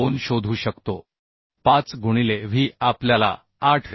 5 गुणिले W शोधू शकतो आपल्याला 8